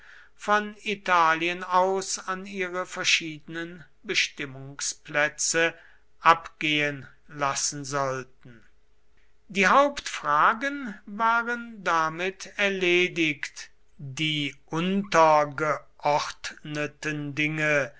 von italien aus an ihre verschiedenen bestimmungsplätze abgehen lassen sollten die hauptfragen waren damit erledigt die untergeordneten dinge